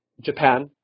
Japan